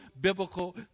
biblical